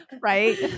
right